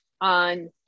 on